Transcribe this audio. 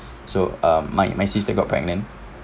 so um my my sister got pregnant